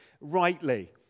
rightly